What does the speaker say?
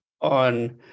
on